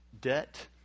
debt